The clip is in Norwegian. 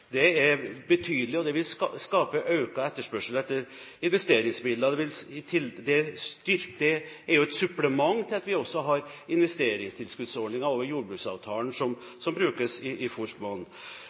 Det er betydelig, og det vil skape økt etterspørsel etter investeringsmidler. Det er jo et supplement til det at vi også har investeringstilskuddsordninger over jordbruksavtalen, som